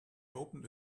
opened